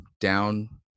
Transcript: down